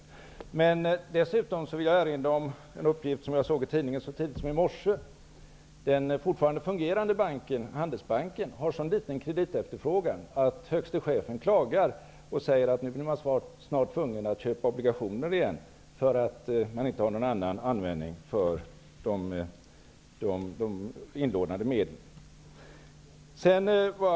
Jag vill dessutom erinra om en uppgift som jag såg i tidningen så sent som i morse. Den fortfarande fungerande banken, Handelsbanken, har en så liten kreditefterfrågan att högste chefen klagar och säger att man nu snart blir tvungen att köpa obligationer igen, eftersom man inte har någon annan användning för de inlånade medlen.